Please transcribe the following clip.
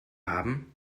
haben